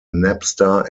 napster